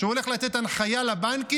שהוא הולך לתת הנחיה לבנקים,